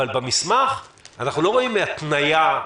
אבל במסמך אנחנו לא רואים התניה,